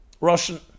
Russian